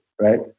right